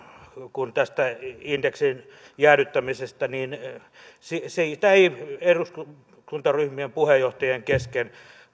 kun tästä indeksin jäädyttämisestä ei eduskuntaryhmien puheenjohtajien kesken